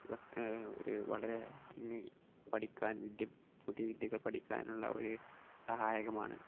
ഒരു വളരെ ന് പഠിക്കാൻ വിദ്യ പുതിയ വിദ്യകൾ പഠിക്കാനുള്ള ഒരു സഹായകമാണ്